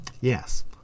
yes